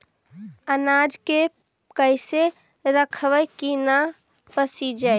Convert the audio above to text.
अनाज के कैसे रखबै कि न पसिजै?